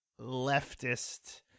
leftist